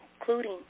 including